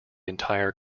entire